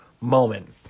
moment